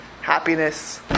happiness